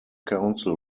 council